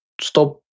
stop